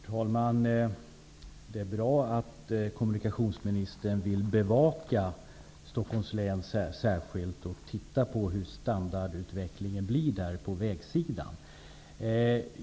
Herr talman! Det är bra att kommunikationsministern särskilt vill bevaka Stockholms län och där se på hur standardutvecklingen blir på vägsidan.